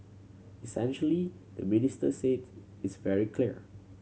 essentially the minister said it's very clear